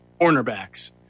cornerbacks